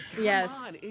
Yes